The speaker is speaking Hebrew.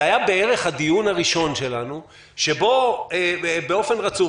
- זה היה בערך הדיון הראשון שלנו שבו באופן רצוף,